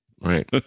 Right